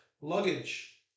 luggage